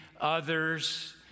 others